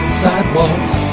sidewalks